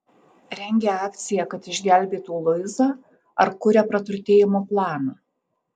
rengia akciją kad išgelbėtų luizą ar kuria praturtėjimo planą